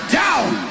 down